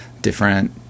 different